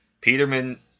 Peterman